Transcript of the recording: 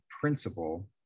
principle